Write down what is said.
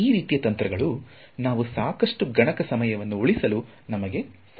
ಈ ರೀತಿಯ ತಂತ್ರಗಳು ಅವು ಸಾಕಷ್ಟು ಗಣಕ ಸಮಯವನ್ನು ಉಳಿಸಲು ನಮಗೆ ಸಹಾಯ ಮಾಡುತ್ತವೆ